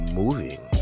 moving